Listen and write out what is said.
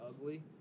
ugly